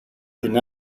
την